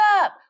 up